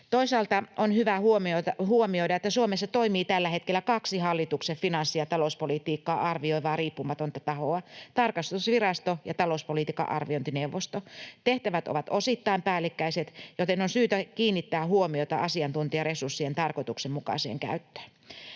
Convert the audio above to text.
Toisaalta on hyvä huomioida, että Suomessa toimii tällä hetkellä kaksi hallituksen finanssi‑ ja talouspolitiikkaa arvioivaa riippumatonta tahoa: tarkastusvirasto ja talouspolitiikan arviointineuvosto. Tehtävät ovat osittain päällekkäiset, joten on syytä kiinnittää huomiota asiantuntijaresurssien tarkoituksenmukaiseen käyttöön.